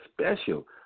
special